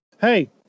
hey